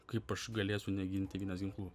kaip aš galėsiu negint tėvynės ginklu